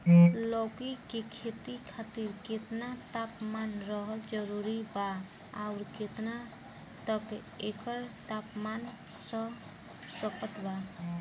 लौकी के खेती खातिर केतना तापमान रहल जरूरी बा आउर केतना तक एकर तापमान सह सकत बा?